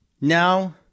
Now